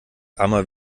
armer